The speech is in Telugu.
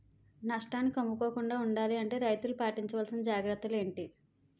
నష్టానికి అమ్ముకోకుండా ఉండాలి అంటే రైతులు పాటించవలిసిన జాగ్రత్తలు ఏంటి